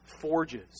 forges